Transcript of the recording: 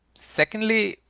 secondly,